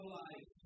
life